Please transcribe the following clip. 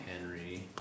Henry